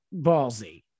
ballsy